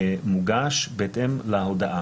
יש גם שלב של התנגדויות.